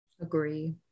Agree